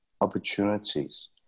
opportunities